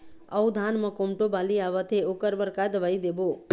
अऊ धान म कोमटो बाली आवत हे ओकर बर का दवई देबो?